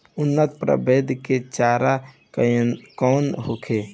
उन्नत प्रभेद के चारा कौन होखे?